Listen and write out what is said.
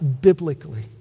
biblically